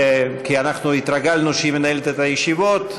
כי אנחנו התרגלנו שהיא מנהלת את הישיבות,